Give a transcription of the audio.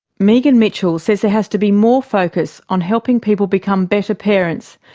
megan mitchell says there has to be more focus on helping people become better parents,